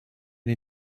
den